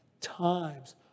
times